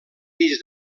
pis